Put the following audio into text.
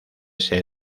ser